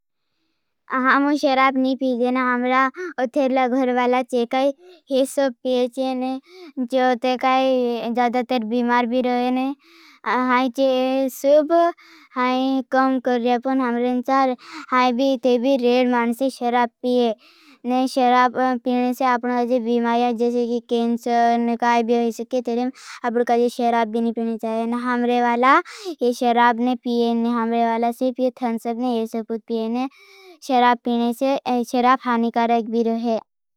हम शराप नहीं पीजे न। हमरा अथेरला घरवाला चेकाई। ये सब पीजे न। जो अथे काई ज़्यादा तर बीमार भी रहे न। हाई चे सुब, हाई कम कर रहे पण। हमरे नचाल हाई भी। ते भी रेड मानसी शराप पीजे। न शराप पीजे से आपनका जे बीमार्या। जेसे पीजे थंसक न। ये सब पीजे न, शराप पीजे से शराप भाणी का रख भी रहे। ये शराप ने पिये ने ह्वेव वाला थंन। सब ने ये सब पिए ने शराप पीम्ने से शराप हानिकारक भी रहे।